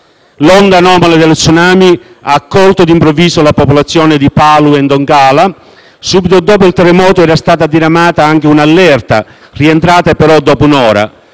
L'onda anomala dello *tsunami* ha colto di improvviso la popolazione di Palu e Donggala. Subito dopo il terremoto era stata diramata anche un'allerta, rientrata però dopo un'ora.